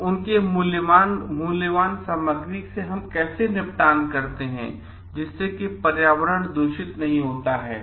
तो उनके मूल्यवान सामग्री का कैसे हम निपटान करते हैं ताकि पर्यावरण प्रदूषित नहीं होता है